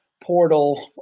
portal